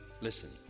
Listen